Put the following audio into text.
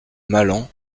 malan